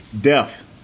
death